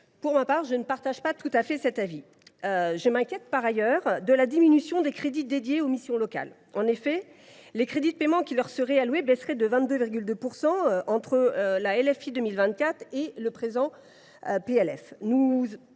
Pour ma part, je ne partage pas tout à fait cet avis. Je m’inquiète par ailleurs de la diminution des crédits dédiés aux missions locales. En effet, les crédits de paiement qui leur seraient alloués baisseraient de 22,2 % entre la loi de finances 2024 et le présent PLF.